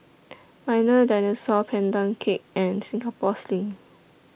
Milo Dinosaur Pandan Cake and Singapore Sling